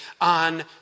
on